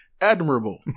admirable